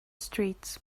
streets